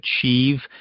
achieve